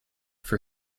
for